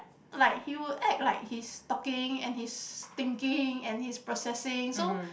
like he would act like he's talking and he's thinking and he's processing so